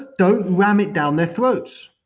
don't ram it down their throats.